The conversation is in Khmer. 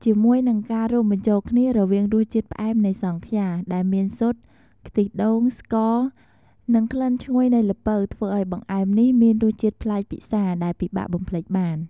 ជាមួយនឹងការរួមបញ្ចូលគ្នារវាងរសជាតិផ្អែមនៃសង់ខ្យា ដែលមាន ស៊ុត ខ្ទិះដូង ស្ករ និងក្លិនឈ្ងុយនៃល្ពៅ ធ្វើឲ្យបង្អែមនេះមានរសជាតិប្លែកពិសាដែលពិបាកបំភ្លេចបាន។